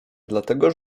dlatego